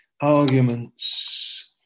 arguments